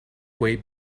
way